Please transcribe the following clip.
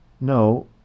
No